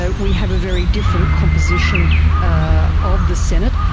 ah we have a very different composition ah of the senate,